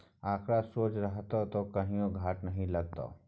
आंकड़ा सोझ रहतौ त कहियो घाटा नहि लागतौ